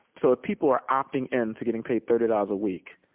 so people were opting in to getting paid thirty dollars a week.